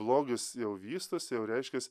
blogis jau vystos jau reiškias